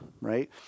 right